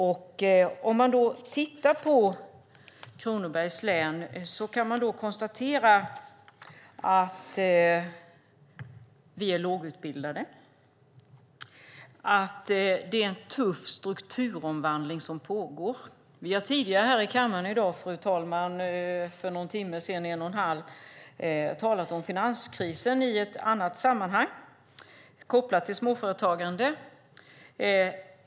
Om man då tittar på Kronobergs län kan man konstatera att befolkningen är lågutbildad och att det pågår en tuff strukturomvandling. Vi har här i kammaren för någon timme sedan, fru talman, talat om finanskrisen i ett annat sammanhang kopplat till småföretagande.